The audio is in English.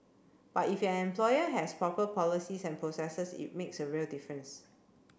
but if an employer has proper policies and processes it makes a real difference